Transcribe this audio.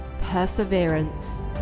perseverance